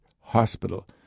hospital